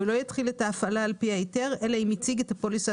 ולא יתחיל את ההפעלה על פי ההיתר אלא אם הציג את הפוליסה